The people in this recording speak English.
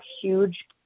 huge